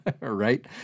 right